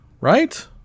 Right